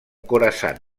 khorasan